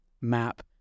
map